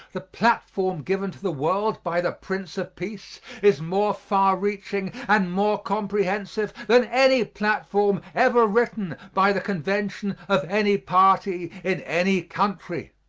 the platform given to the world by the prince of peace is more far-reaching and more comprehensive than any platform ever written by the convention of any party in any country.